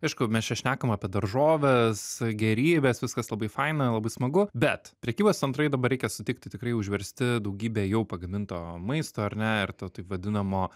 aišku mes čia šnekam apie daržoves gėrybes viskas labai faina labai smagu bet prekybos centrai dabar reikia sutikti tikrai užversti daugybe jau pagaminto maisto ar ne ir to taip vadinamo